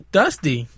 dusty